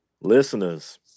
listeners